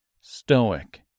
stoic